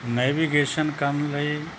navigation ਕਰਨ ਲਈ